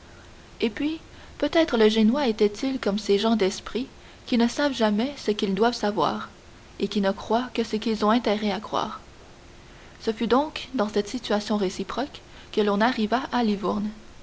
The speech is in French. et puis peut-être le génois était-il comme ces gens d'esprit qui ne savent jamais que ce qu'ils doivent savoir et qui ne croient que ce qu'ils ont intérêt à croire ce fut donc dans cette situation réciproque que l'on arriva à